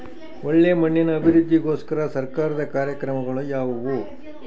ಒಳ್ಳೆ ಮಣ್ಣಿನ ಅಭಿವೃದ್ಧಿಗೋಸ್ಕರ ಸರ್ಕಾರದ ಕಾರ್ಯಕ್ರಮಗಳು ಯಾವುವು?